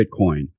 bitcoin